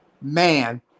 man